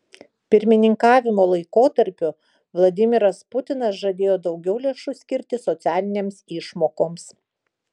pirmininkavimo laikotarpiu vladimiras putinas žadėjo daugiau lėšų skirti socialinėms išmokoms